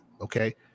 Okay